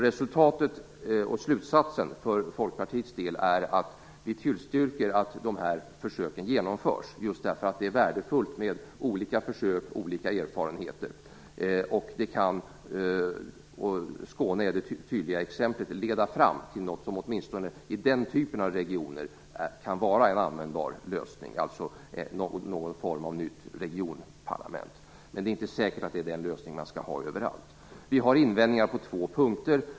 Resultatet och slutsatsen för Folkpartiets del är att vi tillstyrker att de föreslagna försöken genomförs, eftersom det är värdefullt med olika försök och erfarenheter. Skåne är det tydliga exemplet på att de kan leda fram till något som åtminstone i den typen av region kan vara en användbar lösning, alltså någon form av nytt regionparlament. Men det är inte säkert att man skall ha den lösningen överallt. Vi har invändningar på två punkter.